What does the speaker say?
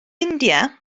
india